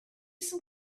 some